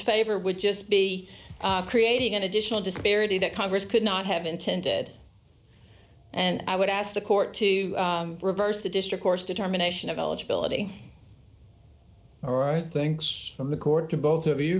favor would just be creating an additional disparity that congress could not have intended and i would ask the court to reverse the district course determination of eligibility things from the court to both of you